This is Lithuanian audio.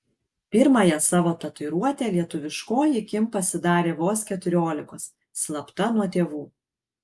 pirmąją savo tatuiruotę lietuviškoji kim pasidarė vos keturiolikos slapta nuo tėvų